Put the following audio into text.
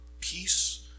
peace